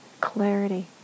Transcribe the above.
clarity